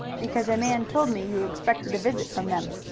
because man told me you expected a visit from them.